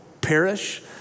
perish